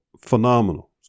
phenomenal